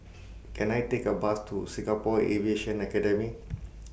Can I Take A Bus to Singapore Aviation Academy